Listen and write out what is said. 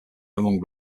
among